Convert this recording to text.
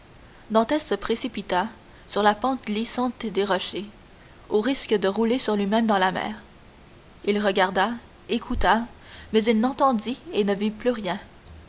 dantès se précipita sur la pente glissante des rochers au risque de rouler lui-même dans la mer il regarda il écouta mais il n'entendit et ne vit plus rien